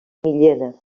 millena